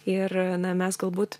ir na mes galbūt